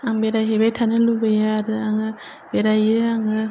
आं बेराय हैबाय थानो लुबैयो आरो आङो बेरायो आङो